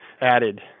added